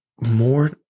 more